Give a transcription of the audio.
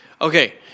Okay